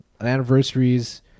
Anniversaries